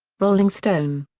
rolling stone.